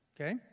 okay